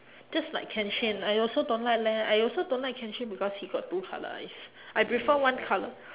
just like kenshin I also don't like leh I also don't like kenshin because he got two colour eyes I prefer one colour